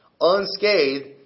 unscathed